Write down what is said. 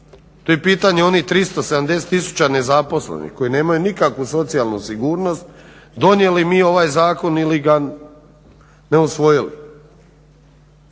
To je pitanje onih 370 tisuća nezaposlenih koji nemaju nikakvu socijalnu sigurnost donijeli mi ovaj zakon ili ga ne usvojili.